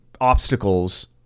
obstacles